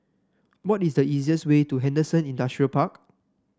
what is the easiest way to Henderson Industrial Park